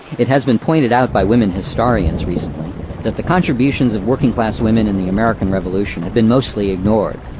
it has been pointed out by women historians recently that the contributions of working-class women in the american revolution have been mostly ignored,